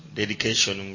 dedication